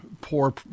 poor